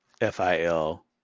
F-I-L